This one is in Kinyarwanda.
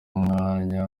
mwanya